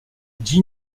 dix